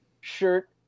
shirt